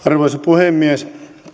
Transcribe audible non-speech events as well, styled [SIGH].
[UNINTELLIGIBLE] arvoisa puhemies